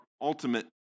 ultimate